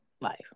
life